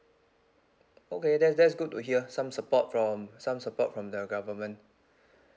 okay that's that's good to hear some support from some support from the government